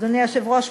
אדוני היושב-ראש,